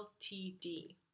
ltd